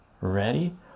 ready